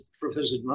Professor